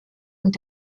und